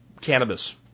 cannabis